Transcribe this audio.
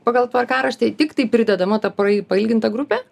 pagal tvarkaraštį tiktai pridedama ta prai pailginta grupė